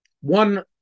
one